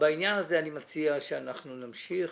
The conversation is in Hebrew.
הפסקאות האחרות זהות ויש לך פסקה נוספת שהיא